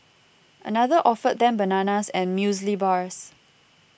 another offered them bananas and muesli bars